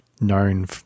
known